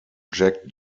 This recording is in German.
jack